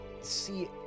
see